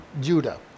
Judah